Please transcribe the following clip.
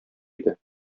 иде